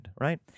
right